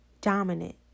dominant